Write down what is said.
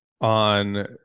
On